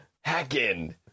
Hacking